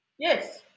Yes